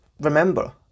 remember